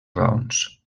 raons